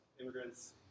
immigrants